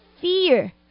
fear